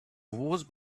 wars